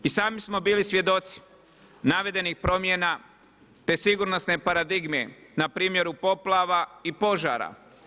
I sami smo bili svjedoci navedenih promjena te sigurnosne paradigme na primjeru poplava i požara.